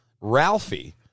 Ralphie